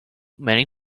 many